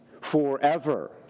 forever